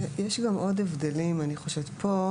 ישנם הבדלים נוספים.